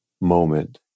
moment